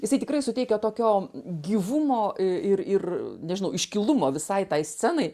jisai tikrai suteikia tokio gyvumo i ir ir nežinau iškilumo visai tai scenai